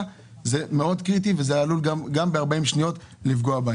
זה קריטי מאוד וגם ב-40 שניות הם עלולים להיפגע.